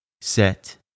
set